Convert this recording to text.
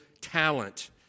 talent